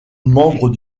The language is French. membre